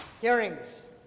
Hearings